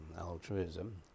altruism